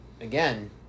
again